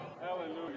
Hallelujah